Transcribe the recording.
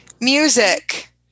Music